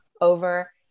over